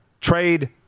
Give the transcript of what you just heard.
trade